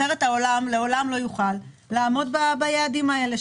אחרת העולם לעולם לא יוכל ביעדים האלה,